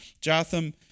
Jotham